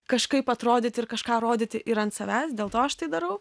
kažkaip atrodyt ir kažką rodyti ir ant savęs dėl to aš tai darau